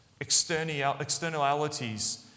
externalities